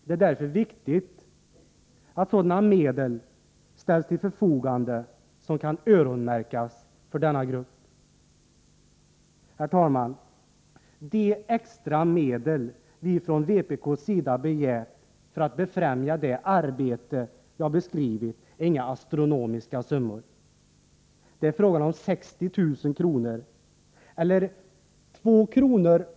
Det är därför viktigt att sådana medel ställs till förfogande som kan öronmärkas för denna grupp. Herr talman! De extra medel vi från vpk:s sida begärt för att befrämja det arbete jag beskrivit är inga astronomiska summor. Det är fråga om 60 000 kr., eller 2 kr.